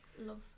love